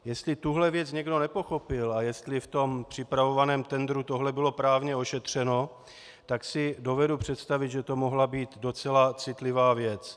Jestli tuto věc někdo nepochopil a jestli v připravovaném tendru tohle bylo právně ošetřeno, tak si dovedu představit, že to mohla být docela citlivá věc.